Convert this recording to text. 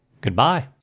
Goodbye